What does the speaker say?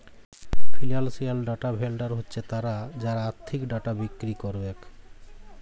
financial data vendor হছে তারা যারা আথ্থিক ডাটা বিক্কিরি ক্যারবেক